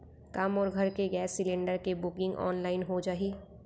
का मोर घर के गैस सिलेंडर के बुकिंग ऑनलाइन हो जाही?